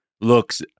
looks